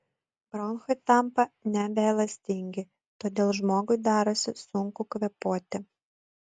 bronchai tampa nebeelastingi todėl žmogui darosi sunku kvėpuoti